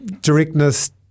directness